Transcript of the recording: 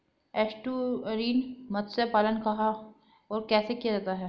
Estuarine मत्स्य पालन कहां और कैसे किया जाता है?